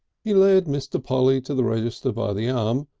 he led mr. polly to the register by the arm,